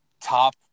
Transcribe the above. top